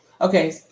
Okay